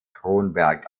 kronberg